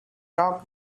dog